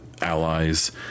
Allies